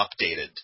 updated